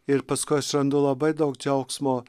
ir paskui aš randu labai daug džiaugsmo